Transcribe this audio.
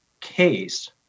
case